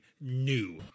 new